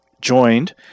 joined